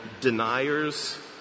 deniers